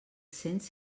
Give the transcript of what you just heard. cents